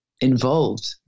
involved